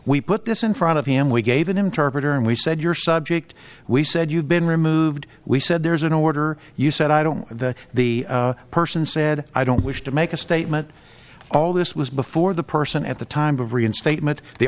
we put this in front of him we gave an interpreter and we said your subject we said you've been removed we said there is an order you said i don't know that the person said i don't wish to make a statement all this was before the person at the time of reinstatement the